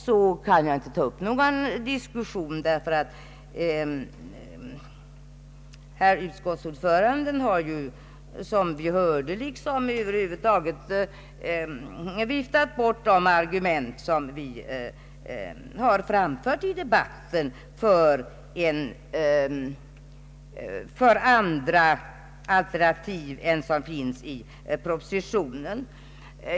Jag kan inte ta upp någon sakdiskussion i dag därför att utskottsordföranden har, som vi här har hört, viftat bort de argument som vi har framfört i debatten som alternativ till dem som finns i propositionen.